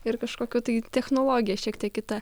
ir kažkokia tai technologija šiek tiek kita